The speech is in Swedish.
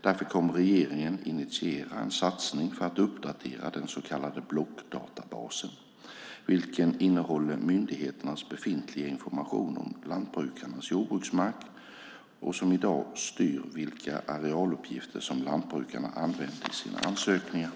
Därför kommer regeringen att initiera en satsning för att uppdatera den så kallade blockdatabasen, vilken innehåller myndigheternas befintliga information om lantbrukarnas jordbruksmark och som i dag styr vilka arealuppgifter lantbrukarna använder i sina ansökningar.